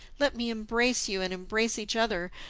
let me embrace you, and embrace each other,